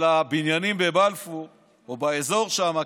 על הבניינים בבלפור או באזור שם,